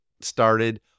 started